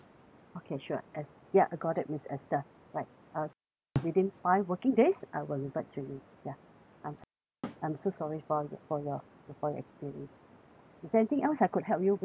okay sure es~ ya I got it miss esther right uh so uh within five working days I will revert to you ya I'm so sorry I'm so sorry for you for your your for your experience ya is there anything else I could help you with